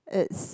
it's